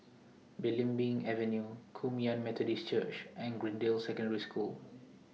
Belimbing Avenue Kum Yan Methodist Church and Greendale Secondary School